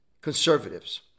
conservatives